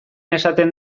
esaten